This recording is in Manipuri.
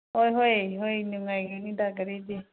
ꯍꯣꯏ ꯍꯣꯏ ꯍꯣꯏ ꯅꯨꯡꯉꯥꯏꯒꯅꯤꯗ ꯒꯥꯔꯤꯗꯤ